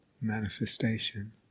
manifestation